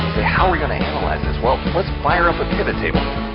how we're going to analyze as well. but let's fire up a pivot table.